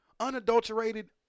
unadulterated